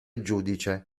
giudice